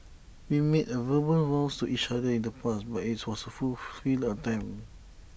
we made A verbal vows to each other in the past but IT was A full futile attempt